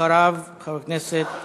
ואחריו, חבר הכנסת מוזס,